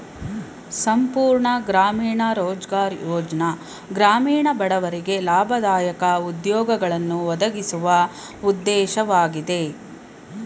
ಸಂಪೂರ್ಣ ಗ್ರಾಮೀಣ ರೋಜ್ಗಾರ್ ಯೋಜ್ನ ಗ್ರಾಮೀಣ ಬಡವರಿಗೆ ಲಾಭದಾಯಕ ಉದ್ಯೋಗಗಳನ್ನು ಒದಗಿಸುವ ಉದ್ದೇಶವಾಗಿದೆ